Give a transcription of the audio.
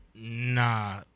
nah